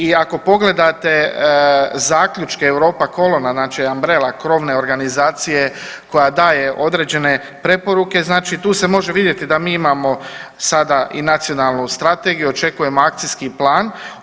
I ako pogledate zaključke Europakolona, znači Ambrela krovne organizacije koja daje određene preporuke, znači tu se može vidjeti da mi imamo sada i nacionalnu strategiju, očekujemo akcijski plan.